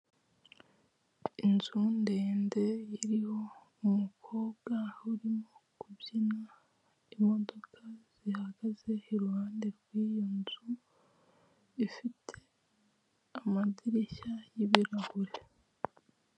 Inzu ndende iriho umukobwa urimo kubyina, imodoka zihagaze iruhande rw'iyo nzu ifite amadirishya y'ibirahure.